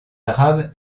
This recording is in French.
arabes